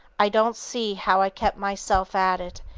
i don't see how i kept myself at it,